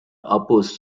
opposed